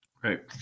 Great